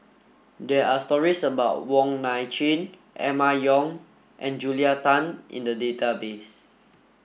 there are stories about Wong Nai Chin Emma Yong and Julia Tan in the database